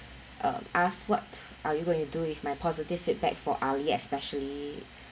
um ask what are you going to do with my positive feedback for ali especially